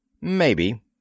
Maybe